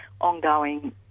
ongoing